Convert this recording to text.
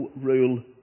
rule